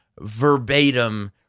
verbatim